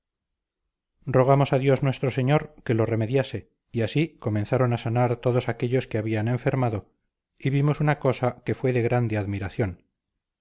rogamos a dios nuestro señor que lo remediase y así comenzaron a sanar todos aquéllos que habían enfermado y vimos una cosa que fue de grande admiración